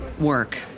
work